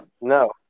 No